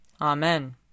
Amen